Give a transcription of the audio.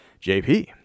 JP